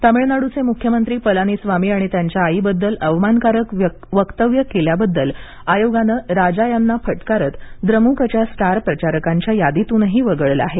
तामिळनाडूचे मुख्यमंत्री पलानिस्वामी आणि त्यांच्या आईबद्दल अवमानकारक वक्तव्य केल्याबद्दल आयोगाने राजा यांना फटकारत द्रमुकच्या स्टार प्रचारकांच्या यादीतून वगळलं आहे